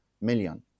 million